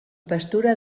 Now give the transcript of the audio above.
pastura